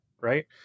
right